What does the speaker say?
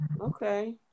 Okay